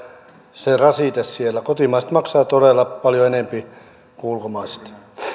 se rasite siellä kotimaiset maksavat todella paljon enempi kuin ulkomaiset